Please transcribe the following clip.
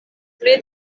tre